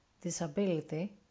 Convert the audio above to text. disability